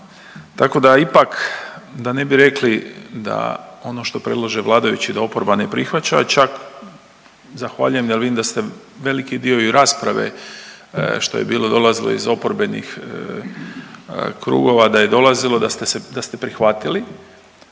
tako da ipak da ne bi rekli da ono što predlaže vladajući da oporba ne prihvaća čak zahvaljujem jer vidim da ste veliki dio i rasprave što je bilo dolazilo iz oporbenih krugova da je dolazilo da ste prihvatili.